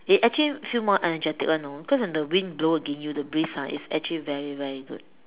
you actually feel more energetic [one] you know because when the wind blow against you the breeze ah it's actually very very good